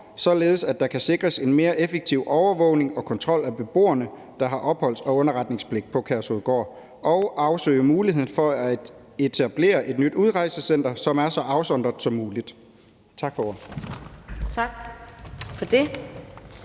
således at der kan sikres en mere effektiv overvågning og kontrol af beboerne, der har opholds- og underretningspligt på Udrejsecenter Kærshovedgård, og afsøge muligheden for at etablere et nyt udrejsecenter, som er så afsondret som muligt.« (Forslag